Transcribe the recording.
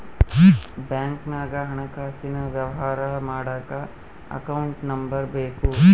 ಬ್ಯಾಂಕ್ನಾಗ ಹಣಕಾಸಿನ ವ್ಯವಹಾರ ಮಾಡಕ ಅಕೌಂಟ್ ನಂಬರ್ ಬೇಕು